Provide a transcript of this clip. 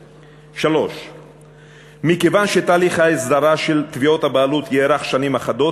3. מכיוון שתהליך ההסדרה של תביעות הבעלות יארך שנים אחדות,